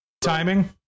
Timing